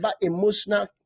emotional